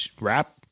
rap